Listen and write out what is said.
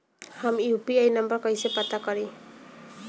हम UPI number कइसे पता करी?